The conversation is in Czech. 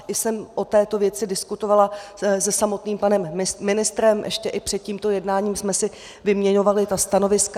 I jsem o této věci diskutovala se samotným panem ministrem, ještě i před tímto jednáním jsme si vyměňovali stanoviska.